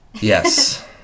Yes